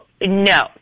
no